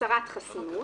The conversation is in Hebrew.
הסרת חסינות.